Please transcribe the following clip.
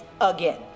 again